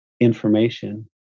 information